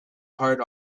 heart